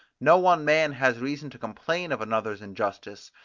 no one man has reason to complain of another's injustice,